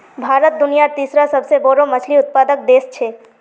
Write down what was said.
भारत दुनियार तीसरा सबसे बड़ा मछली उत्पादक देश छे